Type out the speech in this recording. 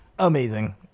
Amazing